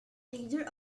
leader